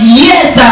yes